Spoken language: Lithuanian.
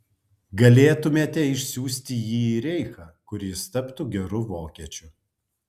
galėtumėte išsiųsti jį į reichą kur jis taptų geru vokiečiu